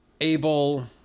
able